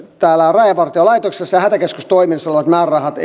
rajavartiolaitoksessa ja hätäkeskustoiminnassa olevat määrärahat